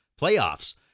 playoffs